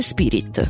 Spirit